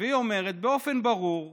והיא אומרת באופן ברור וחד: